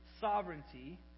sovereignty